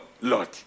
Lord